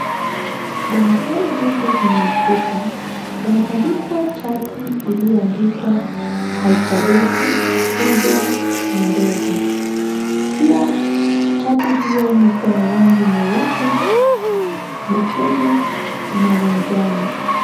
Darasani huku kwenye ukuta yamepandikwa chati iliyoandikwa alfabeti kubwa na ndogo ,pia chati hiyo iko na rangi nyeupe , nyekundu na manjano.